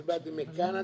שבאתי מקנדה,